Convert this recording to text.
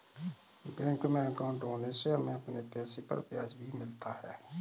bank में अंकाउट होने से हमें अपने पैसे पर ब्याज भी मिलता है